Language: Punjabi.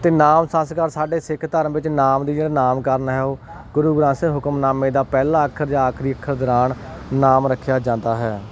ਅਤੇ ਨਾਮ ਸੰਸਕਾਰ ਸਾਡੇ ਸਿੱਖ ਧਰਮ ਵਿੱਚ ਨਾਮ ਦੀ ਜਿਹੜਾ ਨਾਮਕਰਨ ਹੈ ਉਹ ਗੁਰੂ ਗ੍ਰੰਥ ਸਾਹਿਬ ਹੁਕਮਨਾਮੇ ਦਾ ਪਹਿਲਾ ਅੱਖਰ ਜਾਂ ਆਖਰੀ ਅੱਖਰ ਦੌਰਾਨ ਨਾਮ ਰੱਖਿਆ ਜਾਂਦਾ ਹੈ